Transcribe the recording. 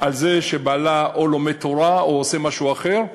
על זה שבעלה לומד תורה או עושה משהו אחר.